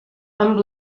amb